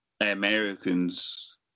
Americans